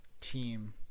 team